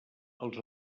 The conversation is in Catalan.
els